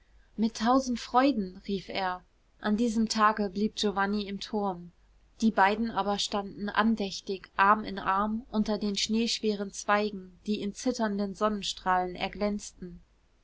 mit tausend freuden rief er an diesem tage blieb giovanni im turm die beiden aber standen andächtig arm in arm unter den schneeschweren zweigen die in zitternden sonnenstrahlen erglänzten